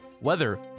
weather